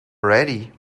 ready